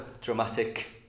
dramatic